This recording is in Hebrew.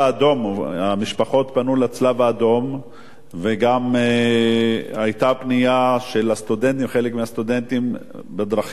המשפחות פנו לצלב-האדום וגם היתה פנייה של חלק מהסטודנטים בדרכים שונות